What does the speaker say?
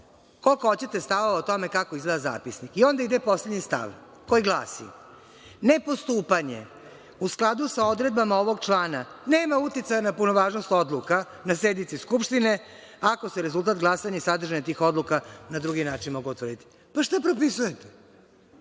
koliko hoćete stavova o tome kako izgleda zapisnik.I onda ide poslednji stav koji glasi: „Nepostupanje, u skladu sa odredbama ovog člana, nema uticaja na punovažnost odluka na sednici skupštine, ako se rezultat glasanja i sadržina tih odluka na drugi način mogu utvrditi“. Pa zašto propisujete?